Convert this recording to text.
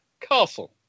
castle